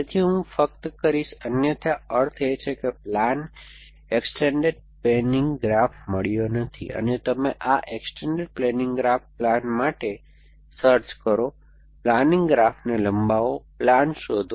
તેથી હું ફક્ત કરીશ અન્યથા અર્થ એ છે કે પ્લાન એક્સ્સ્ટેન્ડ પૅનિંગ ગ્રાફ મળ્યો નથી અને તમે આ એક્સ્ટેન્ડ પ્લાનિંગ ગ્રાફ પ્લાન માટે સર્ચ કરો પ્લાનિંગ ગ્રાફને લંબાવો પ્લાન શોધો